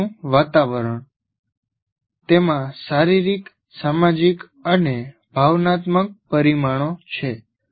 શિક્ષણનું વાતાવરણ તેમાં શારીરિક સામાજિક અને ભાવનાત્મક પરિમાણો છે